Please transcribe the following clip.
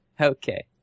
Okay